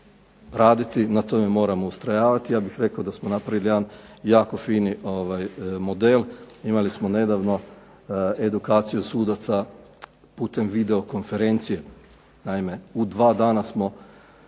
raditi, na tome moramo ustrajavati. Ja bih rekao da smo napravili jedan jako fini model. Imali smo nedavno edukaciju sudaca putem video konferencije. Naime, u 2 dana smo